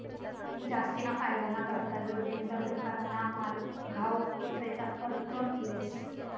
जास्तीना फायदाना करता जोगिंदर दुकानना माल घाऊक इक्रेताकडथून लेस